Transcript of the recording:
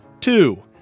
Two